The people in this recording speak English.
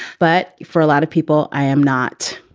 but for a lot of people, i am not.